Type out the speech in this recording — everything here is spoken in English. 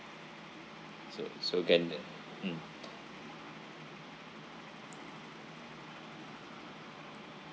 so so can that mm